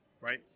right